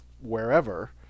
wherever